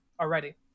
already